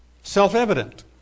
self-evident